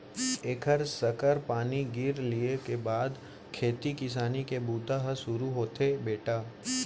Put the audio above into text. एक सखर पानी गिर लिये के बाद खेती किसानी के बूता ह सुरू होथे बेटा